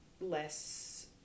less